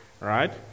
right